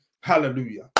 Hallelujah